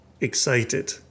excited